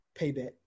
Payback